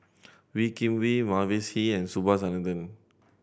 Wee Kim Wee Mavis Hee and Subhas Anandan